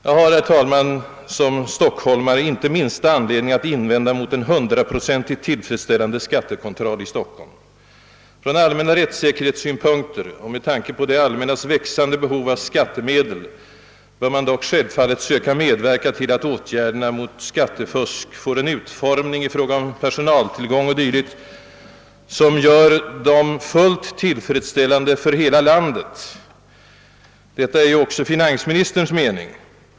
Jag har, herr talman, som stockholmare inte minsta anledning att invända mot en hundraprocentigt tillfredsställande skattekontroll i Stockholm. Från allmänna rättssäkerhetssynpunkter och med tanke på det allmännas växande behov av skattemedel bör man dock självfallet söka medverka till att åtgärderna mot skattefusk får en utformning i fråga om personaltillgång o. d., som gör dem fullt tillfredsställande för hela landet. Detta är ju också finansministerns mening.